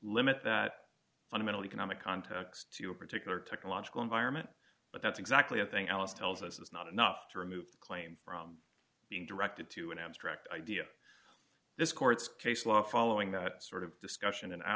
limit that fundamental economic context to a particular technological environment but that's exactly the thing alice tells us it's not enough to remove the claim from being directed to an abstract idea this court's case law following that sort of discussion and